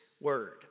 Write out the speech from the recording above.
word